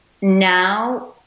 now